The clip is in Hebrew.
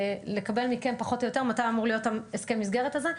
לקבל מכם פחות או יותר מתי אמור להיות הסכם המסגרת הזה,